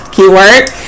keyword